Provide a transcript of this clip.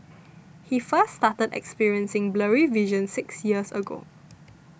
he first started experiencing blurry vision six years ago